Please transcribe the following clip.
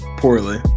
Poorly